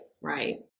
right